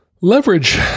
leverage